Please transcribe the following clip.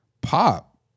pop